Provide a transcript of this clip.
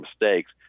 mistakes